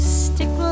stick